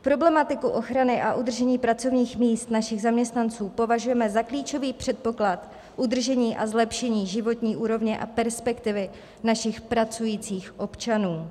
Problematiku ochrany a udržení pracovních míst našich zaměstnanců považujeme za klíčový předpoklad udržení a zlepšení životní úrovně a perspektivy našich pracujících občanů.